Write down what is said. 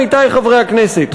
עמיתי חברי הכנסת,